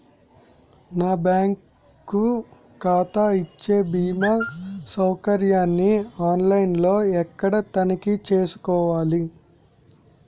నా బ్యాంకు ఖాతా ఇచ్చే భీమా సౌకర్యాన్ని ఆన్ లైన్ లో ఎక్కడ తనిఖీ చేసుకోవాలి?